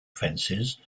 fences